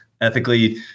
ethically